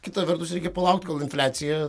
kita vertus reikia palaukt kol infliacija